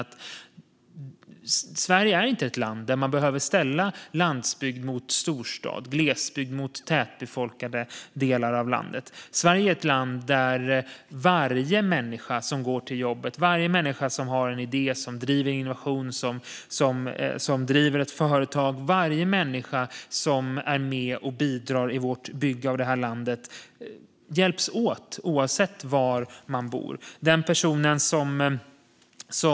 Sverige är inte ett land där man behöver ställa landsbygd mot storstad eller glesbygd mot tätbefolkade delar av landet. Sverige är ett land där alla människor som går till jobbet eller som har en idé som driver innovation eller ett företag och alla människor som är med och bidrar i vårt bygge av det här landet hjälps åt, oavsett var man bor.